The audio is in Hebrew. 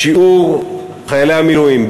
שיעור חיילי המילואים,